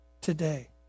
Today